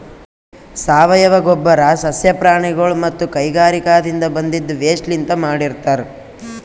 ಸಾವಯವ ಗೊಬ್ಬರ್ ಸಸ್ಯ ಪ್ರಾಣಿಗೊಳ್ ಮತ್ತ್ ಕೈಗಾರಿಕಾದಿನ್ದ ಬಂದಿದ್ ವೇಸ್ಟ್ ಲಿಂತ್ ಮಾಡಿರ್ತರ್